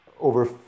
over